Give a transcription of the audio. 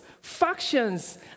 factions